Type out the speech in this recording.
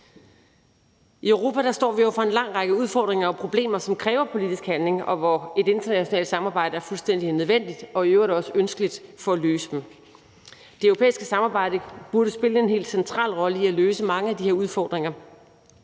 I Europa står vi over for en lang række udfordringer og problemer, som kræver politisk handling, og hvor et internationalt samarbejde er fuldstændig nødvendigt og i øvrigt også ønskeligt for at løse dem. Det europæiske samarbejde burde spille en helt central rolle i at løse mange af de her udfordringer.